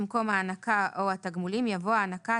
במקום "ההענקה או התגמולים" יבוא "ההענקה,